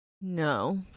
No